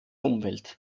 umwelt